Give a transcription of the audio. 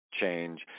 change